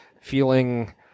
feeling